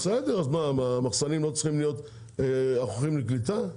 בסדר, המחסנים לא צריכים להיות ערוכים לקליטה?